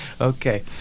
Okay